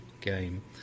game